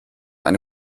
eine